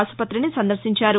ఆసుపత్రిని సందర్భించారు